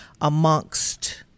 amongst